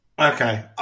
Okay